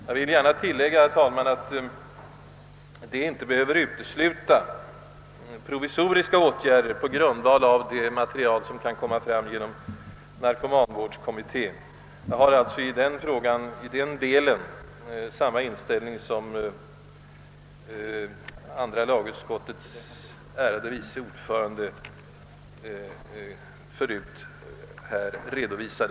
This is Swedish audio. Jag vill gärna tillägga, herr talman, att detta inte behöver utesluta provisoriska åtgärder på grundval av det material, som kan framkomma genom narkomanvårdskommittén. Jag har alltså i denna del samma inställning som andra lagutskottets ärade vice ordförande tidigare under debatten redovisat.